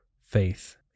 faith